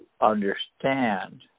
understand